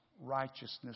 righteousness